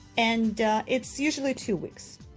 and it's usually two weeks.